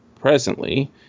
Presently